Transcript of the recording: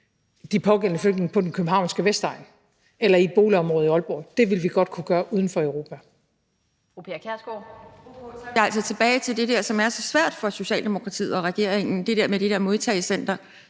de pågældende flygtninge på den københavnske vestegn eller i et boligområde i Aalborg. Det ville vi godt kunne gøre uden for Europa.